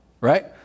right